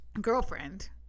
girlfriend